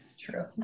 True